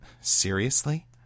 Seriously